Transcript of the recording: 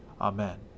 Amen